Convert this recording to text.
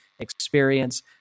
experience